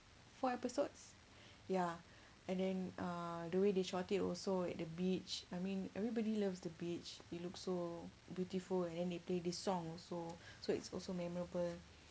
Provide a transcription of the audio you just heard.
four episodes ya and then err the way they shot it also like the beach I mean everybody loves the beach it looks so beautiful and then they play this song also so it's also memorable